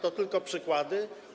To tylko przykłady.